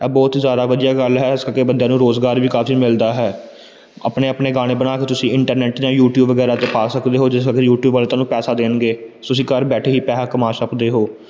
ਇਹ ਬਹੁਤ ਜ਼ਿਆਦਾ ਵਧੀਆ ਗੱਲ ਹੈ ਇਸ ਕਰਕੇ ਬੰਦਿਆਂ ਨੂੰ ਰੁਜ਼ਗਾਰ ਵੀ ਕਾਫੀ ਮਿਲਦਾ ਹੈ ਆਪਣੇ ਆਪਣੇ ਗਾਣੇ ਬਣਾ ਕੇ ਤੁਸੀਂ ਇੰਟਰਨੈਟ ਜਾਂ ਯੂਟੀਊਬ ਵਗੈਰਾ 'ਤੇ ਪਾ ਸਕਦੇ ਹੋ ਜਿਸ ਦਾ ਫਿਰ ਯੂਟੀਊਬ ਵਾਲੇ ਤੁਹਾਨੂੰ ਪੈਸਾ ਦੇਣਗੇ ਤੁਸੀਂ ਘਰ ਬੈਠੇ ਹੀ ਪੈਸਾ ਕਮਾ ਸਕਦੇ ਹੋ